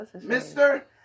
Mister